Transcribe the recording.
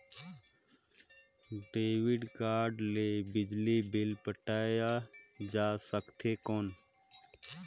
Debit card ले बिजली bill पटाय जा सकथे कौन?